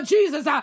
Jesus